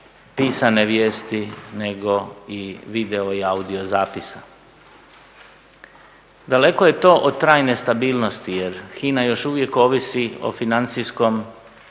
pisane vijesti nego i video i audio zapisa. Daleko je to od trajne stabilnosti jer HINA još uvijek ovisi o financijskom